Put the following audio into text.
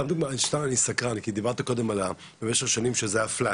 אני סקרן, כי דיברת קודם במשך שנים שזה היה flat.